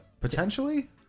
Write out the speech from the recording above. Potentially